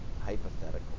hypothetical